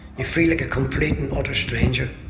you feel like a complete and utter stranger.